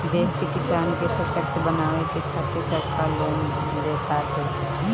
देश के किसान के ससक्त बनावे के खातिरा सरकार लोन देताटे